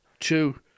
Two